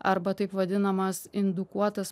arba taip vadinamas indukuotas